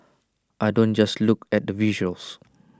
I don't just look at the visuals